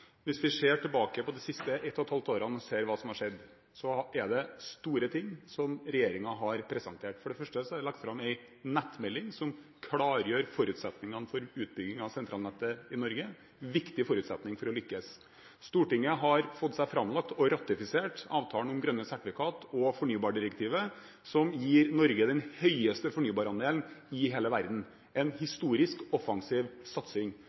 Hvis vi ser tilbake på de siste ett og et halvt årene og ser hva som har skjedd, er det store ting regjeringen har presentert. For det første er det lagt fram en nettmelding, som klargjør forutsetningene for utbygging av sentralnettet i Norge – en viktig forutsetning for å lykkes. Stortinget har fått seg forelagt, og har ratifisert, avtalen om grønne sertifikater og fornybardirektivet, som gir Norge den høyeste fornybarandelen i hele verden – en historisk offensiv satsing.